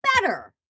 better